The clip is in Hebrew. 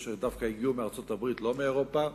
שדווקא הגיעו מארצות-הברית ולא מאירופה,